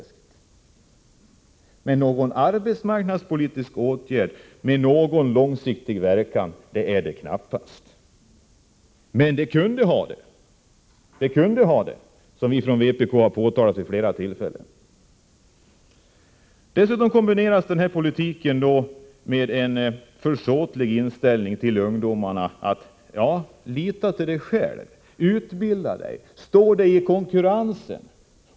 Det är knappast någon arbetsmarknadspolitisk åtgärd med någon långsiktig verkan. Men det kunde vara på det sättet, vilket vii vpk har påpekat vid flera tillfällen. Denna politik kombineras dessutom med en försåtlig inställning till ungdomarna. Lita till dig själv, utbilda dig och stå på dig i konkurrensen, säger man.